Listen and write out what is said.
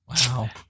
Wow